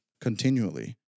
continually